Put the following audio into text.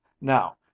Now